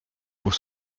pour